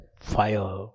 fire